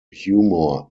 humor